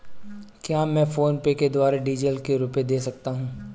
क्या मैं फोनपे के द्वारा डीज़ल के रुपए दे सकता हूं?